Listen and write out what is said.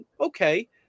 Okay